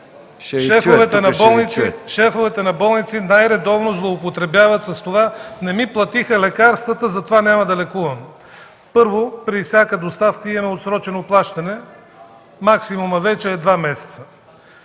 шефовете на болници най-редовно злоупотребяват с това: „Не ми платиха лекарствата, затова няма да лекувам”. Първо, при всяка доставка имаме отсрочено плащане. Максимумът вече е два месеца.